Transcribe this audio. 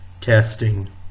Testing